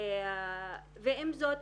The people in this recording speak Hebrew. ועם זאת,